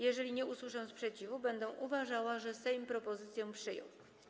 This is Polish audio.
Jeżeli nie usłyszę sprzeciwu, będę uważała, że Sejm propozycję przyjął.